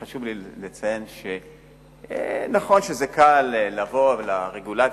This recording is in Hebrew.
חשוב לי לציין שנכון שזה קל לבוא לרגולציה